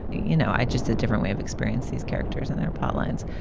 you know, i just a different way of experience these characters and their power lines.